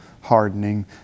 hardening